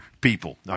people